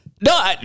No